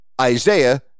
Isaiah